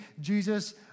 Jesus